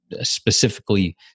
specifically